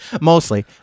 Mostly